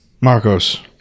Marcos